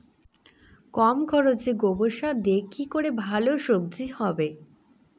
কম খরচে গোবর সার দিয়ে কি করে ভালো সবজি হবে?